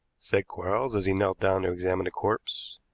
said quarles as he knelt down to examine the corpse.